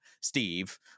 Steve